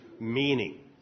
meaning